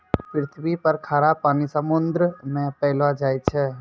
पृथ्वी पर खारा पानी समुन्द्र मे पैलो जाय छै